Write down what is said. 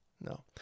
No